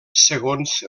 segons